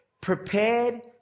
prepared